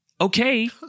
okay